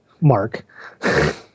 Mark